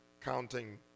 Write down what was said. Counting